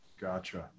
Gotcha